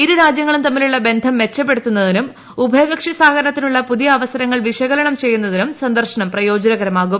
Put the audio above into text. ഇർപ്പ രാജ്യങ്ളും തമ്മിലുള്ള ബന്ധം മെച്ചപ്പെടുത്തുന്നതിനും ്ഉഭയകക്ഷി സഹകരണത്തിനുള്ള പുതിയ അവസരങ്ങൾ വിശകലനം ചെയ്യുന്നതിനും സന്ദർശനം പ്രയോജനകരമാകും